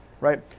right